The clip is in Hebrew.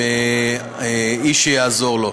עם איש שיעזור לו.